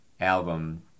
album